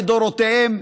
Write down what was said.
לדורותיהם,